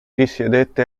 risiedette